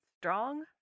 strong